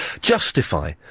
justify